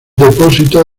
depósito